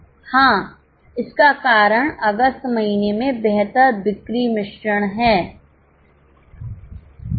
हां इसका कारण अगस्त महीने में बेहतर बिक्री मिश्रण है